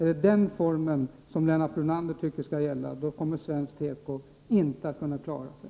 Om det är den formen av politik som Lennart Brunander tycker skall föras, då kommer svensk teko inte att kunna klara sig.